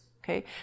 Okay